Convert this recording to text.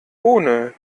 ohne